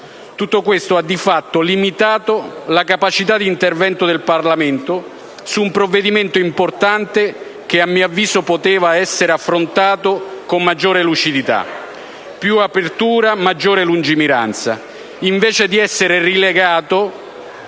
Tutto questo ha di fatto limitato la capacità di intervento del Parlamento su un provvedimento importante che, a mio avviso, poteva essere affrontato con maggiore lucidità, più apertura, maggiore lungimiranza, invece di essere relegato